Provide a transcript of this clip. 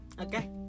Okay